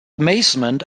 amazement